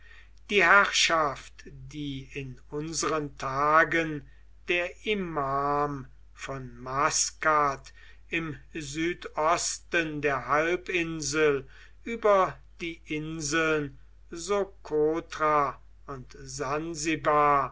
die herrschaft die in unseren tagen der imam von maskat im südosten der halbinsel über die inseln sokotra und sansibar